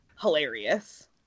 hilarious